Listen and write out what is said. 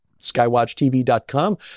skywatchtv.com